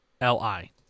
L-I